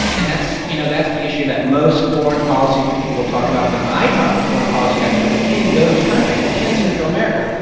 and that's you know, that's the issue that most foreign policy people will talk about. when i talk to foreign policy experts in those countries, in central america,